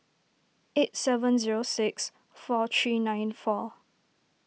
eight seven zero six four three nine four